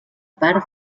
part